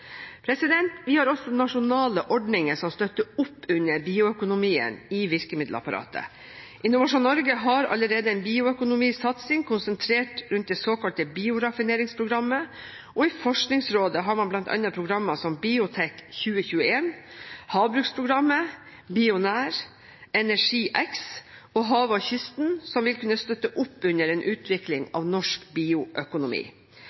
Vi har også nasjonale ordninger som støtter opp under bioøkonomien i virkemiddelapparatet. Innovasjon Norge har allerede en bioøkonomisatsing konsentrert rundt det såkalte bioraffineringsprogrammet, og i Forskningsrådet har man bl.a. programmer som BIOTEK2021, Havbruksprogrammet, BIONÆR, ENERGIX og Havet og kysten, som vil kunne støtte opp under en utvikling av norsk bioøkonomi.